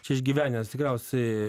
čia išgyvenęs tikriausiai